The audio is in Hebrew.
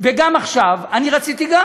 וגם עכשיו, גם אני רציתי.